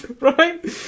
right